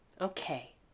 Okay